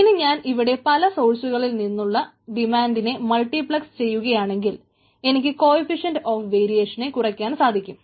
ഇനി ഞാൻ ഇവിടെ പല സോഴ്സുകളിൽ നിന്നുള്ള ഡിമാൻഡിനെ മൾട്ടിപ്ളക്സ് ചെയ്യുകയാണെങ്കിൽ എനിക്ക് കോയിഫിഷന്റ് ഓഫ് വേരിയേഷനെ കുറയ്ക്കാൻ സാധിക്കും